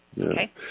Okay